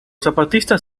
zapatistas